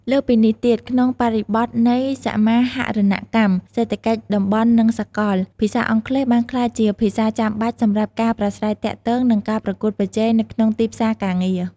លើសពីនេះទៀត ក្នុងបរិបទនៃ សមាហរណកម្មសេដ្ឋកិច្ចតំបន់ និងសកល ភាសាអង់គ្លេសបានក្លាយជាភាសាចាំបាច់សម្រាប់ការប្រាស្រ័យទាក់ទង និងការប្រកួតប្រជែងនៅក្នុងទីផ្សារការងារ។